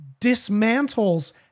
dismantles